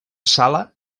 sala